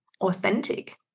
authentic